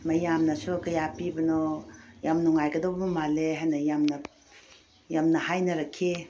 ꯃꯌꯥꯝꯅꯁꯨ ꯀꯌꯥ ꯄꯤꯕꯅꯣ ꯌꯥꯝ ꯅꯨꯡꯉꯥꯏꯒꯗꯕ ꯃꯥꯜꯂꯦ ꯍꯥꯏꯅ ꯌꯥꯝꯅ ꯍꯥꯏꯅꯔꯛꯈꯤ